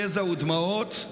יזע ודמעות,